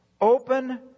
open